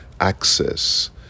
access